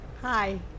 hi